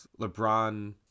LeBron